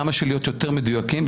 להיות כמה שיותר מדויקים,